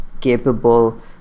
capable